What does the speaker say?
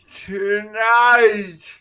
tonight